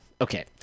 Okay